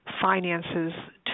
finances